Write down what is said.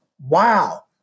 Wow